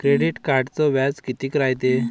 Credit कार्डचं व्याज कितीक रायते?